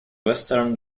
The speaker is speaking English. western